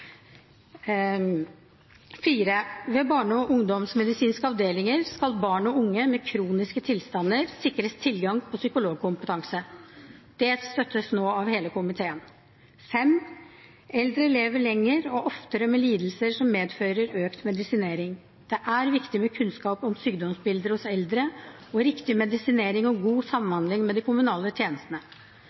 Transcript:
Ved barne- og ungdomsmedisinske avdelinger skal barn og unge med kroniske tilstander sikres tilgang på psykologkompetanse. Dette støttes nå av hele komiteen. Eldre lever lenger og oftere med lidelser som medfører økt medisinering. Det er viktig med kunnskap om sykdomsbilder hos eldre og riktig medisinering og god samhandling med de kommunale tjenestene.